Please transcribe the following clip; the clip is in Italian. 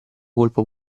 colpo